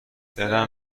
دلم